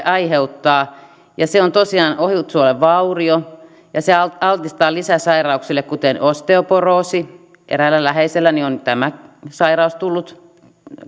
aiheuttaa se on tosiaan ohutsuolen vaurio ja se altistaa lisäsairauksille sellaisille kuin osteoporoosi eräälle läheiselleni on tämä sairaus tullut